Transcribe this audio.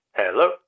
Hello